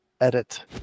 edit